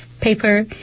paper